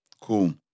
Cool